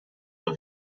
pas